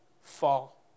fall